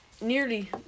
nearly